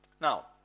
Now